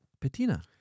Patina